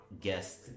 Guest